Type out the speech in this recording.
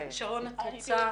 שרון, את רוצה להתייחס?